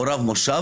או רב מושב,